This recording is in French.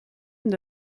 doit